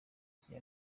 kigega